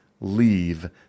leave